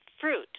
fruit